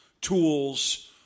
tools